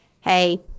hey